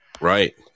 Right